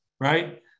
right